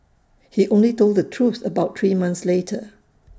he only told the truth about three months later